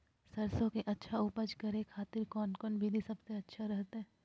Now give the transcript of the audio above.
सरसों के अच्छा उपज करे खातिर कौन कौन विधि सबसे अच्छा रहतय?